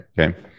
okay